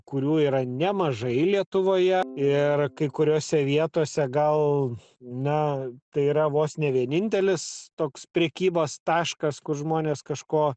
kurių yra nemažai lietuvoje ir kai kuriose vietose gal na tai yra vos ne vienintelis toks prekybos taškas kur žmonės kažko